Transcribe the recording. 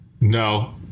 no